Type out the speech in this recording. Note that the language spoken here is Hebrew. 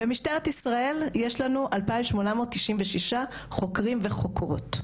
במשטרת ישראל יש לנו 2896 חוקרים וחוקרות,